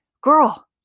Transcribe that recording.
girl